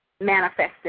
manifested